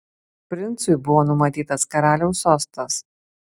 princui buvo numatytas karaliaus sostas